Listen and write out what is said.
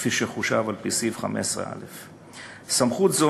כפי שחושב על-פי סעיף 15א. סמכות זו